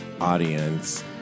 audience